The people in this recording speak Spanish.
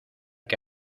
que